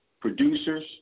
producers